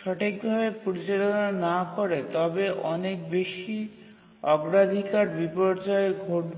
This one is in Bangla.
সঠিকভাবে পরিচালনা না করে তবে অনেক বেশি অগ্রাধিকার বিপর্যয় ঘটবে